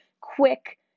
quick